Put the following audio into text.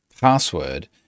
password